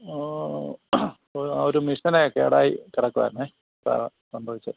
ഓ ഒരു ഒരു മെഷീനേ കേടായി കിടക്കുവായിരുന്നേ അതാണ് സംഭവിച്ചത്